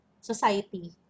society